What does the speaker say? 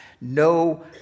no